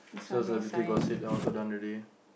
so celebrity gossip that also done already